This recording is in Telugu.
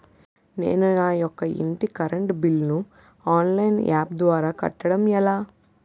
నేను నా యెక్క ఇంటి కరెంట్ బిల్ ను ఆన్లైన్ యాప్ ద్వారా కట్టడం ఎలా?